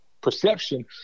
perception